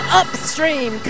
upstream